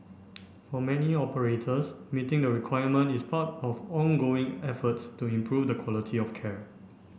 for many operators meeting the requirement is part of ongoing efforts to improve the quality of care